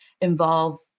involve